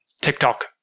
tiktok